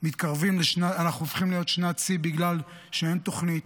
הופכים לשנת שיא בגלל שאין תוכנית,